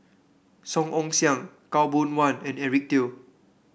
Song Ong Siang Khaw Boon Wan and Eric Teo